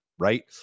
Right